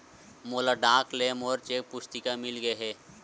मोला डाक ले मोर चेक पुस्तिका मिल गे हे